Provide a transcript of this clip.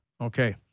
Okay